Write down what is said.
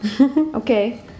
Okay